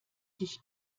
dich